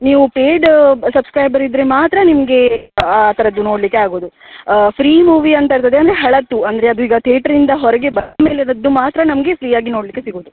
ನೀವು paid subscriber ಇದ್ದರೆ ಮಾತ್ರ ನಿಮಗೆ ಆ ಥರದ್ದು ನೋಡಲಿಕ್ಕೆ ಆಗೋದು ಫ್ರೀ ಮೂವಿ ಅಂತ ಇರ್ತದೆ ಅಂದರೆ ಹಳತು ಅಂದರೆ ಅದು ಈಗ ತೇಟ್ರಿಂದ ಹೊರಗೆ ಬಂದ ಮೇಲೆ ಅದರದ್ದು ಮಾತ್ರ ನಮಗೆ ಫ್ರೀಯಾಗಿ ನೋಡಲಿಕ್ಕೆ ಸಿಗೋದು